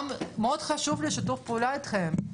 מאוד חשוב שיתוף הפעולה אתכם.